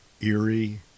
eerie